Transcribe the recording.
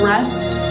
Rest